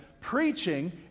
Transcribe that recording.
preaching